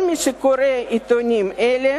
כל מי שקורא עיתונים אלה